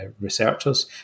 researchers